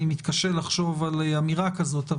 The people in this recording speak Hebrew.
אני מתקשה לחשוב על אמירה כזאת,